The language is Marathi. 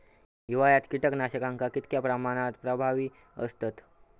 हिवाळ्यात कीटकनाशका कीतक्या प्रमाणात प्रभावी असतत?